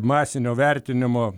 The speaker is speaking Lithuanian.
masinio vertinimo